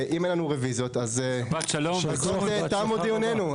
אם אין לנו רוויזיות בזאת תמו דיונינו.